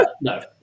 No